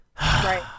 Right